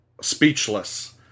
speechless